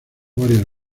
varias